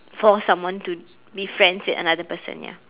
force someone to be friends with another person ya